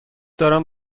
دارم